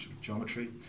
geometry